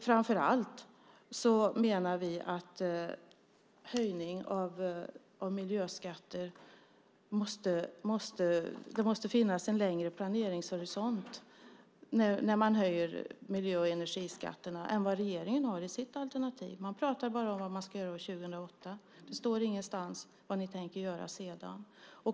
Framför allt menar vi att planeringshorisonten måste finnas längre bort när man höjer miljö och energiskatterna än vad regeringen anger i sitt alternativ. Man pratar bara om vad man ska göra 2008. Det står ingenstans vad ni tänker göra sedan.